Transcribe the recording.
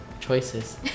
Choices